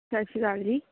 ਸਤਿ ਸ਼੍ਰੀ ਅਕਾਲ ਜੀ